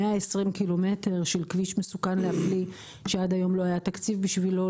120 קילומטר של כביש מסוכן להפליא שעד היום לא היה תקציב בשבילו,